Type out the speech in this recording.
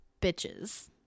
bitches